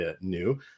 new